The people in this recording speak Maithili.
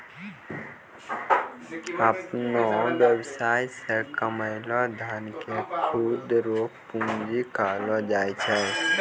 अपनो वेवसाय से कमैलो धन के खुद रो पूंजी कहलो जाय छै